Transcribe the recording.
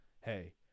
Hey